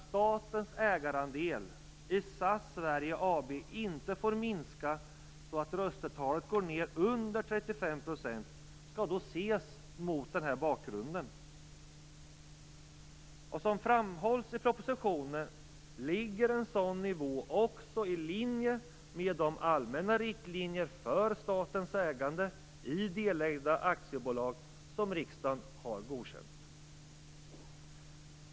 SAS Sverige AB inte får minska så att röstetalet går ned under 35 % skall ses mot den bakgrunden. Som framhålls i propositionen ligger en sådan nivå också i linje med de allmänna riktlinjer för statens ägande i delägda aktiebolag som riksdagen har godkänt.